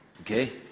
Okay